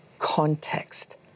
context